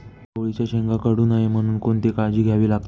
चवळीच्या शेंगा किडू नये म्हणून कोणती काळजी घ्यावी लागते?